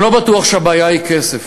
אני לא בטוח שהבעיה היא כסף.